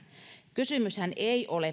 kysymyshän ei ole